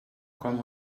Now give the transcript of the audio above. com